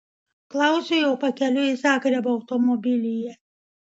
klausiu jau pakeliui į zagrebą automobilyje